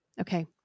Okay